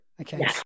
Okay